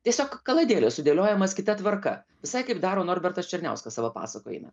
tiesiog kaladėlės sudėliojamas kita tvarka visai kaip daro norbertas černiauskas savo pasakojime